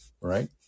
right